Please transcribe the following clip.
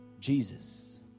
Jesus